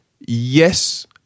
yes